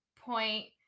point